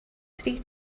three